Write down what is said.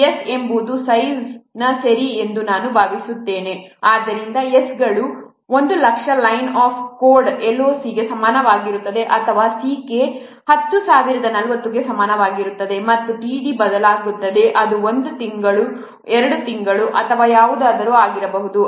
S ಎಂಬುದು size ಸರಿ ಎಂದು ನಾನು ಭಾವಿಸುತ್ತೇನೆ ಆದ್ದರಿಂದ S ಗಳು 100000 ಲೈನ್ಸ್ ಆಫ್ ಕೋಡ್ loc ಗೆ ಸಮಾನವಾಗಿರುತ್ತದೆ ಅಥವಾ C k 10040 ಗೆ ಸಮಾನವಾಗಿರುತ್ತದೆ ಮತ್ತು td ಬದಲಾಗುತ್ತದೆ ಅದು 1 ತಿಂಗಳು 2 ತಿಂಗಳು ಅಥವಾ ಯಾವುದಾದರೂ ಆಗಿರಬಹುದು